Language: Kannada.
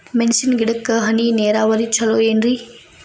ಮೆಣಸಿನ ಗಿಡಕ್ಕ ಹನಿ ನೇರಾವರಿ ಛಲೋ ಏನ್ರಿ?